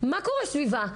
מה קורה סביבה?